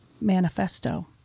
manifesto